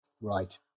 right